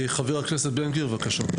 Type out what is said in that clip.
חבר הכנסת בן גביר, בבקשה.